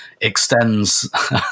extends